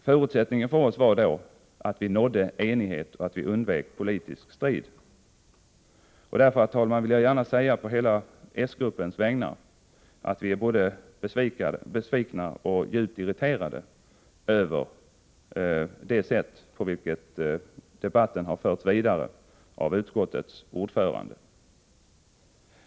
Förutsättningen för oss var då att vi nådde enighet och att vi undvek politisk strid. Och därför vill jag, herr talman, å hela den socialdemokratiska gruppens vägnar säga att vi är både djupt besvikna och irriterade över hur utskottets ordförande har fört debatten vidare.